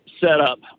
setup